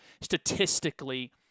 statistically